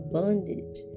bondage